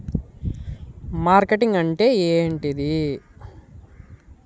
Marketing అంటే ఏంటిది?